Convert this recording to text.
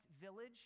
village